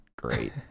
great